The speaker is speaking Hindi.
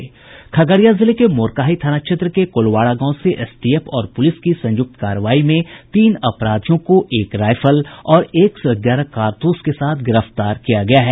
खगड़िया जिले के मोरकाही थाना क्षेत्र के कोलवाड़ा गांव से एसटीएफ और पुलिस की संयुक्त कार्रवाई में तीन अपराधियों को एक राइफल और एक सौ ग्यारह कारतूस के साथ गिरफ्तार किया गया है